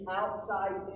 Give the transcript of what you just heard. outside